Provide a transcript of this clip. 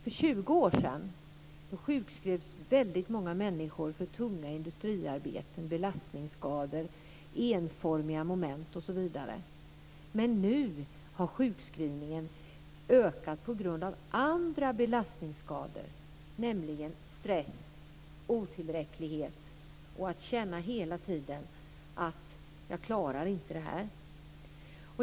För 20 år sedan sjukskrevs många människor för tunga industriarbeten, belastningsskador, enformiga moment osv. Men nu har sjukskrivningarna ökat på grund av andra belastningsskador, nämligen stress och otillräcklighet. Man känner hela tiden: Jag klarar inte det här.